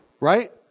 right